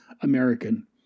American